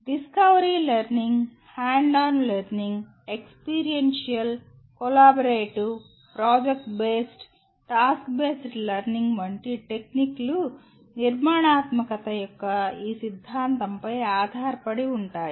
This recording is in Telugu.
discovery learning hand on learning experiential collaborative project based task based learning వంటి టెక్నిక్లు నిర్మాణాత్మకత యొక్క ఈ సిద్ధాంతంపై ఆధారపడి ఉంటాయి